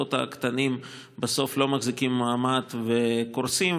המוסדות הקטנים בסוף לא מחזיקים מעמד וקורסים,